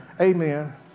Amen